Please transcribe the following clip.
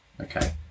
Okay